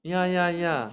ya ya ya